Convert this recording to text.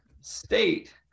state